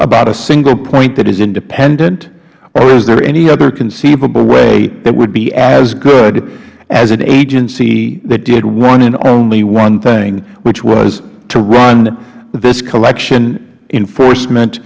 about a single point that is independent or is there any other conceivable way that would be as good as an agency that did one and only one thing which was to run this collection enforcement